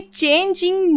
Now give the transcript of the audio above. changing